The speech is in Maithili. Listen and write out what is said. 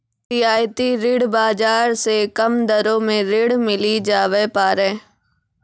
रियायती ऋण बाजार से कम दरो मे ऋण मिली जावै पारै